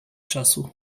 czasu